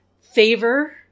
favor